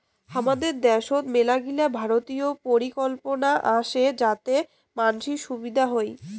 হামাদের দ্যাশোত মেলাগিলা ভারতীয় পরিকল্পনা আসে যাতে মানসির সুবিধা হই